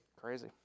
Crazy